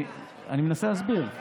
אני מנסה להסביר.